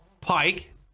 pike